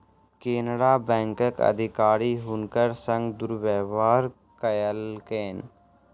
केनरा बैंकक अधिकारी हुनकर संग दुर्व्यवहार कयलकैन